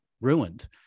ruined